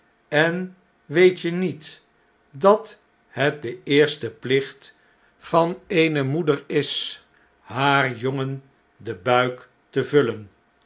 en weet je niet dat het de eerste plicht van eene moeder is haar jongen den buik te vullen